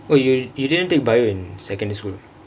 oh you you you didn't take bio in secondary school